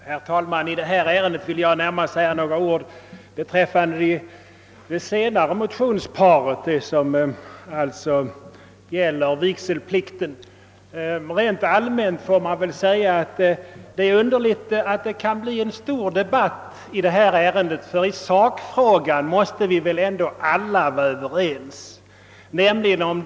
Herr talman! I detta ärende vill jag närmast säga några ord beträffande det senare motionsparet som gäller vigselplikten. Rent allmänt får man säga att det är underligt att det kan bli en stor debatt i detta ärende, ty i sakfrågan måste vi väl ändå alla vara överens.